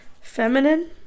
Feminine